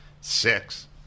Six